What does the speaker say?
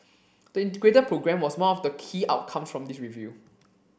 the Integrated Programme was one of the key outcomes from this review